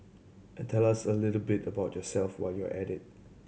and tell us a little bit about yourself while you're at it